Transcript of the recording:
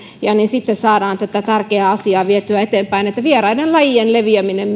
ja siten saada tätä tärkeää asiaa vietyä eteenpäin että vieraiden lajien leviäminen